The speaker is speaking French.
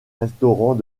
restaurants